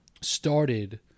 started